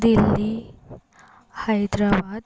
Delhi Hyderabad